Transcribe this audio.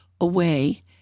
away